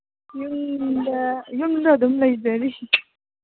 ꯌꯨꯝꯗ ꯌꯨꯝꯗ ꯑꯗꯨꯝ ꯂꯩꯖꯔꯤ